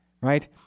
right